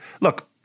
look